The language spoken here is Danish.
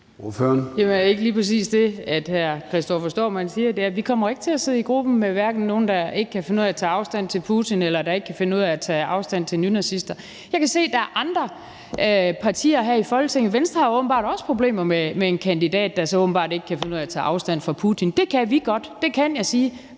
Vi kommer ikke til at sidde i gruppe med nogen, der ikke kan finde ud af tage afstand fra Putin eller ikke kan finde ud af tage afstand fra nynazister. Jeg kan se, at der er andre partier her i Folketinget, der har problemer. Venstre har åbenbart også problemer med en kandidat, der så ikke kan finde ud af at tage afstand fra Putin. Det kan vi godt. Det kan jeg sige.